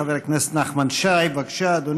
חבר הכנסת נחמן שי, בבקשה, אדוני,